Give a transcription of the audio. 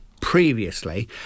previously